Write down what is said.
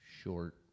short